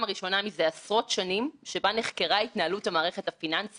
ערבונות וביטחונות ואז קוצצו להם החובות על חשבון הציבור.